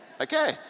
Okay